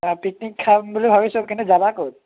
অঁ পিকনিক খাম বুলি ভাবিছোঁ কিন্তু যাবা ক'ত